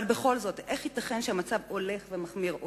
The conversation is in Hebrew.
אבל בכל זאת, איך ייתכן שהמצב עוד הולך ומחמיר?